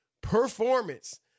performance